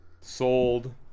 Sold